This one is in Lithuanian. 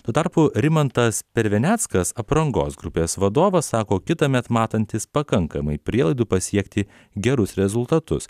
tuo tarpu rimantas perveneckas aprangos grupės vadovas sako kitąmet matantis pakankamai prielaidų pasiekti gerus rezultatus